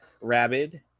Rabid